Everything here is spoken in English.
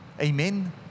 Amen